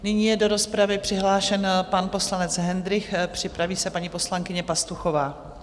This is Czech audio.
Nyní je do rozpravy přihlášen pan poslanec Hendrych, připraví se paní poslankyně Pastuchová.